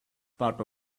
part